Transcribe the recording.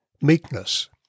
meekness